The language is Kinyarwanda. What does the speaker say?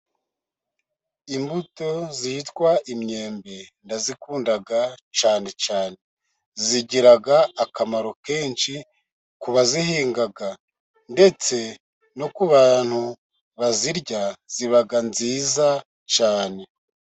Imbuto zitwa imyembe ndazikunda cyane cyane zigira akamaro kenshi ku bazihinga ndetse no ku bantu bazirya ziba nziza cyane.